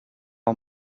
are